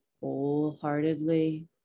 wholeheartedly